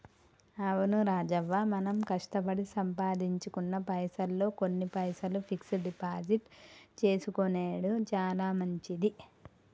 అవును రాజవ్వ మనం కష్టపడి సంపాదించుకున్న పైసల్లో కొన్ని పైసలు ఫిక్స్ డిపాజిట్ చేసుకొనెడు చాలా మంచిది